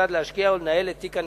כיצד להשקיע ולנהל את תיק הנכסים.